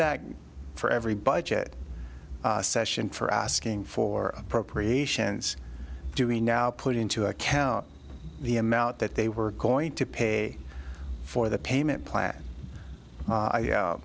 back for every budget session for asking for appropriations do we now put into account the amount that they were going to pay for the payment plan